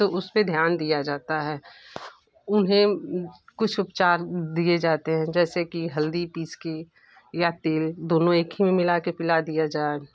तो उसे पे ध्यान दिया जाता है उन्हें कुछ उपचार दिए जाते हैं जैसे कि हल्दी पीस के या तेल दोनों एक ही में मिलाकर पिला दिया जाए